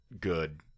good